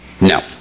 no